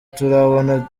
turabona